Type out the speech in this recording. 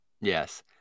yes